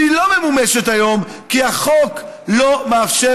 והיא לא ממומשת היום כי החוק לא מאפשר